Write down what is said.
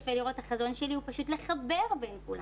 החזון שלי הוא פשוט לחבר בין כולם.